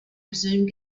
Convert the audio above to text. resume